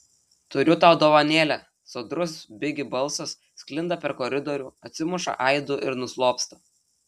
turiu tau dovanėlę sodrus bigi balsas sklinda per koridorių atsimuša aidu ir nuslopsta